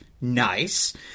nice